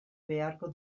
beharko